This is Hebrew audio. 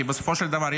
כי בסופו של דבר,